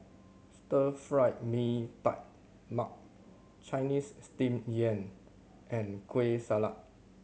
Stir Fried Mee Tai Mak Chinese Steamed Yam and Kueh Salat